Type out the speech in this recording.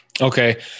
Okay